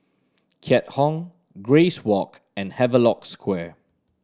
Keat Hong Grace Walk and Havelock Square